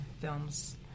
films